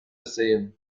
sehen